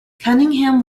cunningham